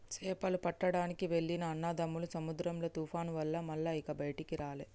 చేపలు పట్టడానికి వెళ్లిన అన్నదమ్ములు సముద్రంలో తుఫాను వల్ల మల్ల ఇక బయటికి రాలే